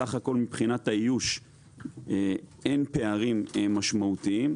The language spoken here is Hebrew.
סך הכל מבחינת האיוש אין פערים משמעותיים.